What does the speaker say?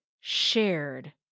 shared